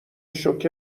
شوکه